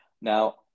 Now